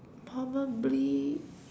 probably